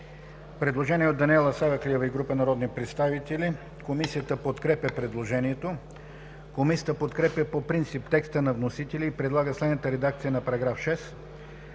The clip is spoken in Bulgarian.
Предложение от Даниела Савеклиева и група народни представители. Комисията подкрепя предложението. Комисията подкрепя по принцип текста на вносителя и предлага следната редакция на §